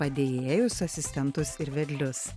padėjėjus asistentus ir vedlius